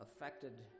affected